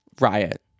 riot